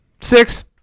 six